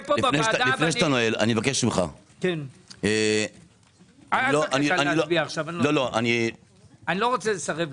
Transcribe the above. אל תבקש שאצביע כי אני לא רוצה לסרב לך.